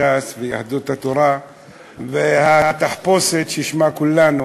ש"ס ויהדות התורה והתחפושת ששמה כולנו,